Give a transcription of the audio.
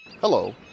Hello